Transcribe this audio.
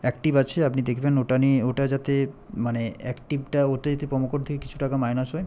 active আছে আপনি দেখবেন ওটা নিয়ে ওটা যাতে মানে অ্যাক্টিভটা ওটা যাতে প্রোমো কোড থেকে কিছু টাকা মাইনাস হয়